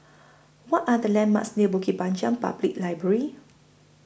What Are The landmarks near Bukit Panjang Public Library